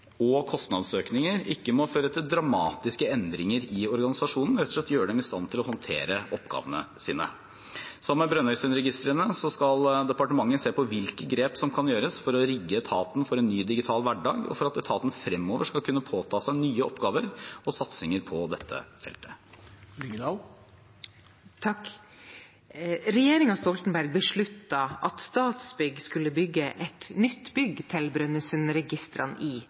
og kostnadsøkninger ikke må føre til dramatiske endringer i organisasjonen, men rett og slett gjøre dem i stand til å håndtere oppgavene sine. Sammen med Brønnøysundregistrene skal departementet se på hvilke grep som kan gjøres for å rigge etaten for en ny digital hverdag, og for at etaten fremover skal kunne påta seg nye oppgaver og satsinger på dette feltet. Regjeringen Stoltenberg besluttet at Statsbygg skulle bygge et nytt bygg til Brønnøysundregistrene i Brønnøysund. Det ble omgjort da regjeringen Solberg kom til makta i 2013. I